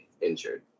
injured